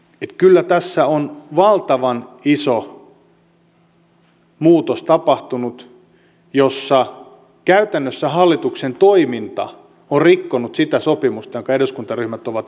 eli kyllä tässä on tapahtunut valtavan iso muutos jossa käytännössä hallituksen toiminta on rikkonut sitä sopimusta jonka eduskuntaryhmät ovat yhdessä tehneet